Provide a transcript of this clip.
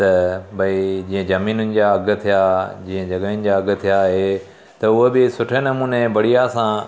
त भई जीअं ज़मीननि जा अघु थिया जीअं जॻहियुनि जा अघु थिया इहे त उहो बि सुठे नमूने बढ़िया सां